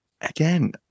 again